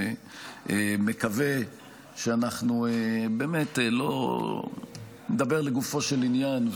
ומקווה שאנחנו נדבר לגופו של עניין,